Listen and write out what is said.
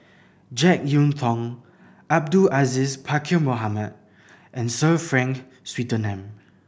Jek Yeun Thong Abdul Aziz Pakkeer Mohamed and Sir Frank Swettenham